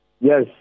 Yes